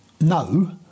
no